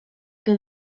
que